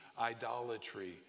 idolatry